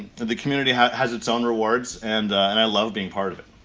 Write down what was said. the the community has has its own rewards, and and i love being part of it.